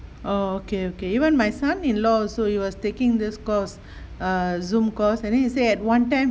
oh okay okay even my son in law also he was taking this course err zoom course and then he say at one time